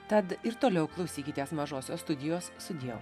tad ir toliau klausykitės mažosios studijos sudieu